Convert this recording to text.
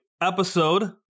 episode